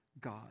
God